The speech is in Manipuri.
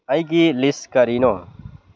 ꯑꯩꯒꯤ ꯂꯤꯁ ꯀꯔꯤꯅꯣ